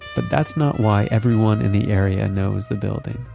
but that's not why everyone in the area knows the building.